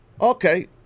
Okay